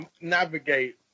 navigate